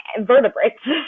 vertebrates